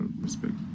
respect